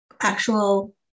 actual